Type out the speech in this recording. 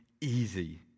easy